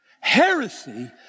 heresy